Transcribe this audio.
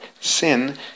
sin